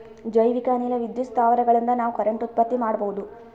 ಜೈವಿಕ್ ಅನಿಲ ವಿದ್ಯುತ್ ಸ್ಥಾವರಗಳಿನ್ದ ನಾವ್ ಕರೆಂಟ್ ಉತ್ಪತ್ತಿ ಮಾಡಬಹುದ್